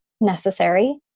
necessary